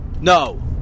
no